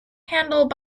handled